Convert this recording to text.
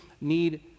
need